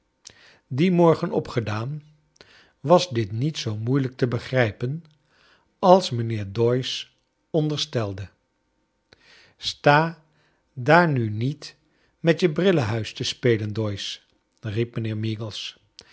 dien morgen opgedaan was dit niet zoo moeilijk te begrijpen als mijnheer doyce onderstelde